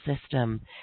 system